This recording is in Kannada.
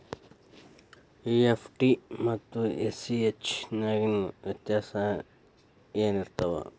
ಇ.ಎಫ್.ಟಿ ಮತ್ತ ಎ.ಸಿ.ಹೆಚ್ ನ್ಯಾಗಿನ್ ವ್ಯೆತ್ಯಾಸೆನಿರ್ತಾವ?